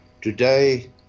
Today